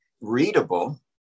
readable